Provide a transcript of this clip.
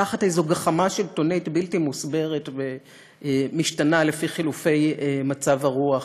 תחת איזו גחמה שלטונית בלתי מוסברת ומשתנה לפי חילופי מצב הרוח,